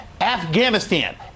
afghanistan